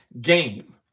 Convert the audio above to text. game